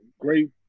great